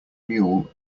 mule